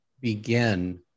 begin